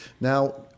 Now